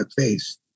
face